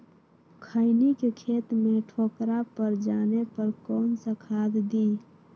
खैनी के खेत में ठोकरा पर जाने पर कौन सा खाद दी?